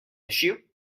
issue